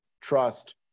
trust